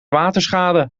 waterschade